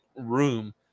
room